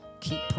keep